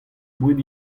boued